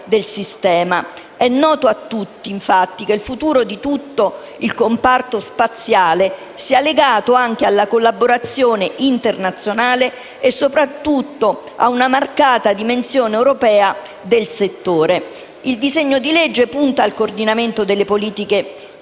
È noto a tutti infatti, che il futuro di tutto il comparto spaziale sia legato anche alla collaborazione internazionale e soprattutto ad una marcata dimensione europea del settore. Il disegno di legge punta al coordinamento delle politiche spaziali